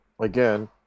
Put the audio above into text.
Again